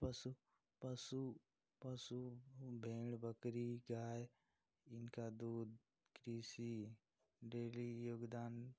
पशु पशु पशु भेड़ बकरी गाय उनका दूध कृषि डेयरी योगदान